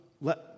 let